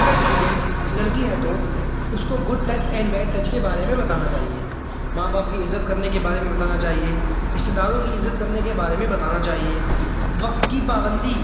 اگر اسٹوڈینٹ لڑکی ہے تو اس کو good touch and bad touch کے بارے میں بتانا چاہیے ماں باپ کی عزت کرنے کے بارے میں بتانا چاہیے رشتے داروں کی عزت کرنے کے بارے میں بتانا چاہیے وقت کی پابندی